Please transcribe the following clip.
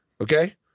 Okay